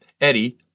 Eddie